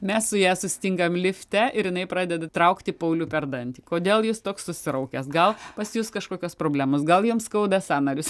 mes su ja sustinkam lifte ir jinai pradeda traukti paulių per dantį kodėl jis toks susiraukęs gal pas jus kažkokios problemos gal jam skauda sąnarius